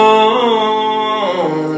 on